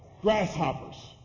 Grasshoppers